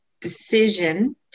decision